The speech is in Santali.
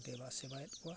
ᱫᱮᱵᱟ ᱥᱮᱵᱟᱭᱮᱫ ᱠᱚᱣᱟ